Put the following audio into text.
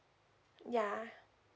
yeah